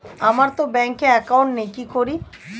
আমারতো ব্যাংকে একাউন্ট নেই কি করি?